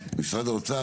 משרד האוצר,